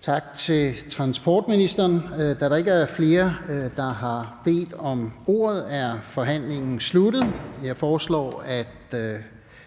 Tak til transportministeren. Da der ikke er flere, der har bedt om ordet, er forhandlingen sluttet. Jeg foreslår, at